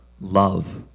love